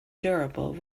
durable